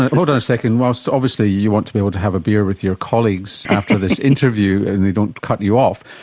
hold on a second, whilst obviously you want to be able to have a beer with your colleagues after this interview and they don't cut you off,